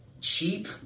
cheap